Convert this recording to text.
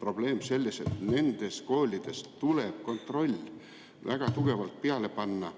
probleem selles, et nendes koolides tuleks kontroll väga tugevalt peale panna,